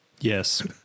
Yes